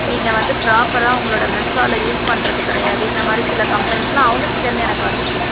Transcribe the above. நீங்கள் வந்து ப்ராப்பராக உங்களோடய மெஸ் ஸ்டாலை யூஸ் பண்ணுறது கிடையாது இந்தமாதிரி சில கம்ப்ளைண்ட்ஸெலாம் அவங்கக் கிட்டேயிருந்து எனக்கு வந்துச்சு